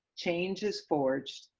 change is forged,